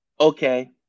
Okay